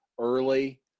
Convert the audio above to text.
Early